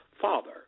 father